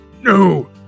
No